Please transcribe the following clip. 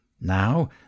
Now